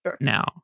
now